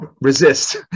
resist